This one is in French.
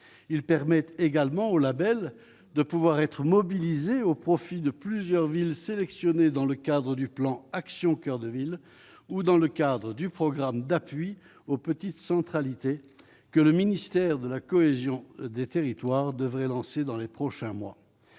il permet également aux labels de pouvoir être mobilisée au profit de plusieurs villes sélectionnées dans le cadre du plan Action coeur de ville ou dans le cadre du programme d'appui aux petites centralité que le ministère de la cohésion des territoires devrait lancer dans les prochains mois,